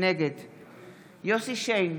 נגד יוסף שיין,